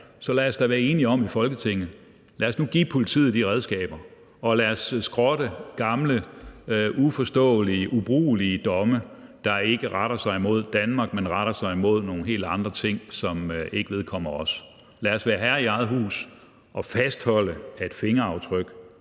måder her være enige om i Folketinget, at vi skal give politiet de redskaber og skrotte gamle, uforståelige, ubrugelige domme, der ikke retter sig imod Danmark, men retter sig imod nogle helt andre ting, som ikke vedkommer os. Lad os være herre i eget hus og fastholde, at fingeraftryk